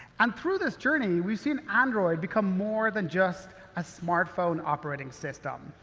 and through this journey we've seen android become more than just a smartphone operating system.